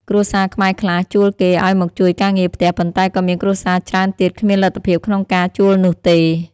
គ្រួសារខ្មែរខ្លះជួលគេឱ្យមកជួយការងារផ្ទះ ប៉ុន្តែក៏មានគ្រួសារច្រើនទៀតគ្មានលទ្ធភាពក្នុងការជួលនោះទេ។